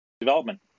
development